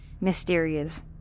mysterious